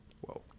whoa